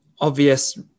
obvious